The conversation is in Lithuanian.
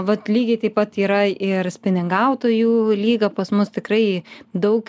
vat lygiai taip pat yra ir spiningautojų lyga pas mus tikrai daug